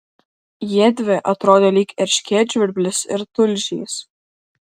jiedvi atrodė lyg erškėtžvirblis ir tulžys